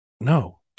no